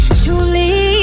truly